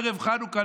ערב חנוכה,